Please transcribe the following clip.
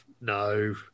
No